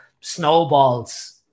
snowballs